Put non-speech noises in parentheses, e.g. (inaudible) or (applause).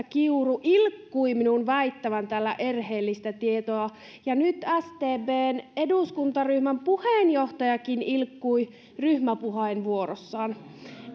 (unintelligible) kiuru ilkkui minun väittävän täällä erheellistä tietoa ja nyt sdpn eduskuntaryhmän puheenjohtajakin ilkkui ryhmäpuheenvuorossaan